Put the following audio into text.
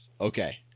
Okay